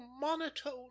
monotone